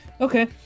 Okay